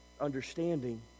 understanding